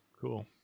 Cool